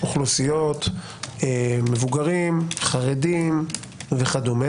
מבוגרים , חרדים וכו'